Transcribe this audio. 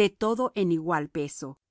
de todo en igual peso y